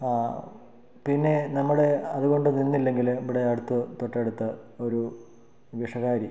ആ പിന്നെ നമ്മടെ അതുകൊണ്ട് നിന്നില്ലെങ്കിൽ ഇവിടെ അടുത്ത് തൊട്ടടുത്ത ഒരു വിഷകാരി